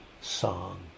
song